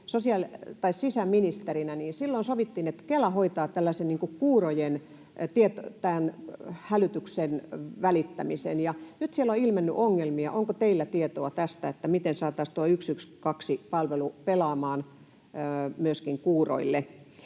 sisäministerinä, sovittiin, että Kela hoitaa tällaisen kuurojen hälytyksen välittämisen, ja nyt siellä on ilmennyt ongelmia. Onko teillä tietoa tästä, miten saataisiin tuo 112-palvelu pelaamaan myöskin kuuroille?